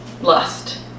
lust